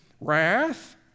wrath